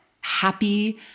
happy